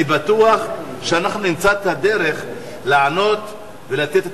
אני בטוח שאנחנו נמצא את הדרך לענות ולתת את